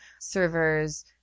servers